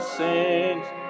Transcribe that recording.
saints